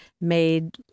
made